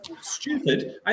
stupid